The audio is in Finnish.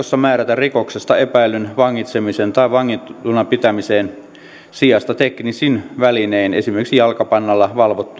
rikoksesta epäillyn vangitsemisen tai vangittuna pitämisen sijasta teknisin välinein esimerkiksi jalkapannalla valvottuun tehostettuun matkustuskieltoon